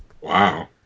Wow